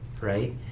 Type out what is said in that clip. right